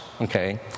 okay